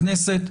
לכנסת.